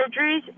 surgeries